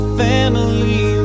family